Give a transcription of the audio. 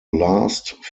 last